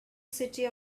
city